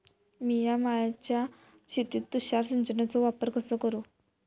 मिया माळ्याच्या शेतीत तुषार सिंचनचो वापर कसो करू?